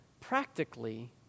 practically